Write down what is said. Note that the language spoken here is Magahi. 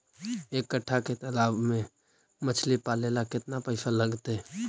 एक कट्ठा के तालाब में मछली पाले ल केतना पैसा लगतै?